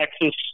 Texas